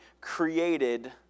created